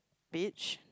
beach